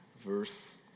verse